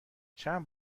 چند